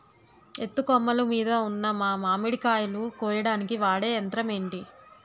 ఎత్తు కొమ్మలు మీద ఉన్న మామిడికాయలును కోయడానికి వాడే యంత్రం ఎంటి?